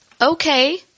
okay